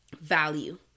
value